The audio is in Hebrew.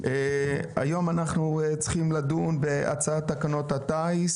היום אנחנו צריכים לדון בהצעת תקנות הטיס